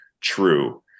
true